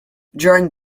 during